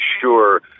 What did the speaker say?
sure